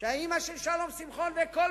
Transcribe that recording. שאמא של שלום שמחון וכל מושבניק,